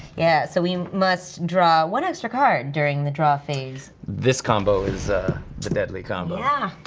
yeah so you must draw one extra card during the draw phase. this combo is the deadly combo. yeah,